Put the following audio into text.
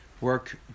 work